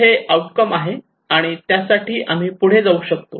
हे आउटकम आहे आणि त्यासाठी आम्ही पुढे जाऊ शकतो